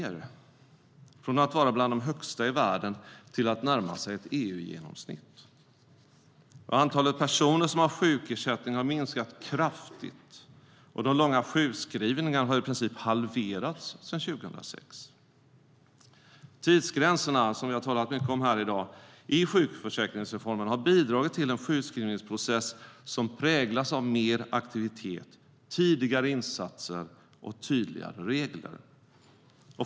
Den har gått från att vara bland de högsta i världen till att närma sig ett EU-genomsnitt. Antalet personer som har sjukersättning har minskat kraftigt, och de långa sjukskrivningarna har i princip halverats sedan 2006.Tidsgränserna i sjukförsäkringsreformen, som vi har talat mycket om i dag, har bidragit till en sjukskrivningsprocess som präglas av mer aktivitet, tidigare insatser och tydligare regler.